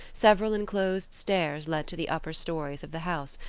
several enclosed stairs led to the upper storeys of the house,